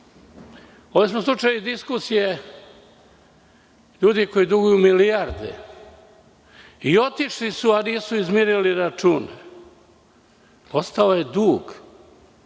sam slušao diskusije ljudi koji duguju milijarde i otišli su, a nisu izmirili račune, ostao je dug,